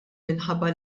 minħabba